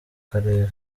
karere